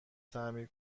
تعمیر